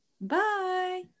Bye